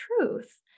truth